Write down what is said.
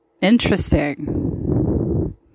interesting